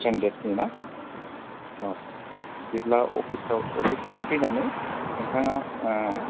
ten देसनि ना बिदिब्ला अफिसयाव अफिसयाव फैनानै नोंथाङा